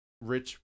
rich